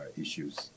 issues